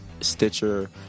stitcher